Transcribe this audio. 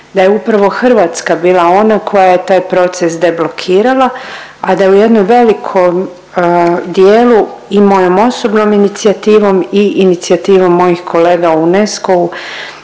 da je upravo Hrvatska bila ona koja je taj proces deblokirala, a da je u jednoj velikom dijelu i mojom osobnom inicijativom i inicijativom mojih kolega u UNESCO-u,